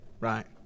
Right